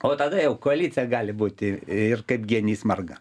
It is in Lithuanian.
o tada jau koalicija gali būti ir kaip genys marga